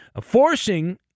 forcing